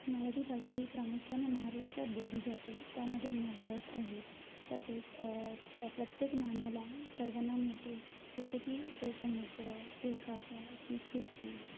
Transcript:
मराठी भाषा ही प्रामुख्याने महाराष्ट्रात बोलली जाते त्यामध्ये नवरस आहेत तसेच प्रत्येक नामाला सर्वनाम येते जसे की तो समुद्र ते काका ती खुर्ची